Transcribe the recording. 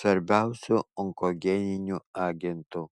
svarbiausiu onkogeniniu agentu